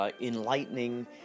Enlightening